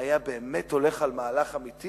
היה באמת הולך על מהלך אמיתי